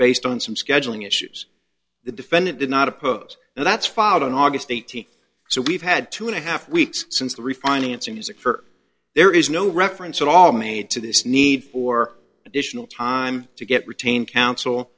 based on some scheduling issues the defendant did not oppose and that's filed on august eighteenth so we've had two and a half weeks since the refinancing music for there is no reference at all made to this need for additional time to get retained counsel